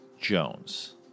Jones